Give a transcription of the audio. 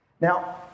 Now